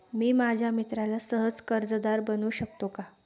मी माझ्या मित्राला सह कर्जदार बनवू शकतो का?